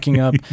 up